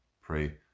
pray